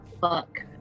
fuck